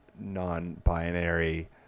non-binary